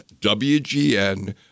wgn